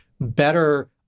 better